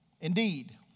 indeed